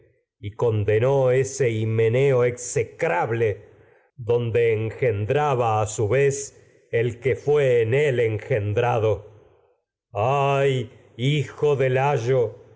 y condenó ese himeneo execrable donde engendraba a su xez el que fué en él engendrado hubiera ay hijo pues de layo